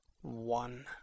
one